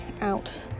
out